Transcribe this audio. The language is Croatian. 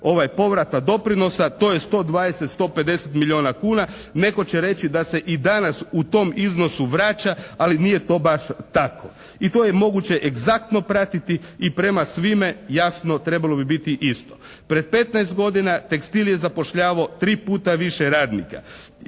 1/3 povrata doprinosa to je 120, 150 milijuna kuna. Netko će reći da se i danas u tom iznosu vraća, ali nije to baš tako. I to je moguće egzaktno pratiti i prema svime jasno trebalo bi biti isto. Prije 15 godina tekstil je zapošljavao 3 puta više radnika.